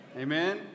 Amen